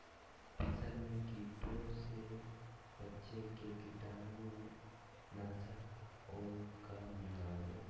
फसल में कीटों से बचे के कीटाणु नाशक ओं का नाम?